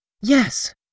Yes